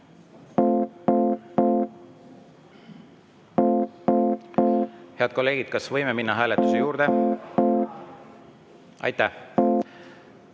Head kolleegid, kas võime minna hääletuse juurde? (Saal